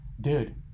dude